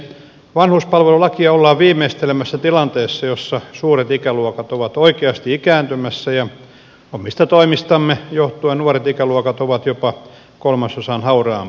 vanhuspalvelulakia ollaan viimeistelemässä tilanteessa jossa suuret ikäluokat ovat oikeasti ikääntymässä ja omista toimistamme johtuen nuoret ikäluokat ovat jopa kolmasosan hauraampia